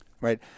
Right